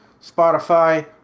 Spotify